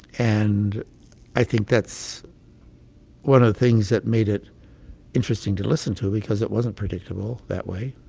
and i think that's one of the things that made it interesting to listen too because it wasn't predictable that way.